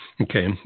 Okay